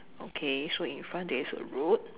okay so in front there is a road